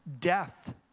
death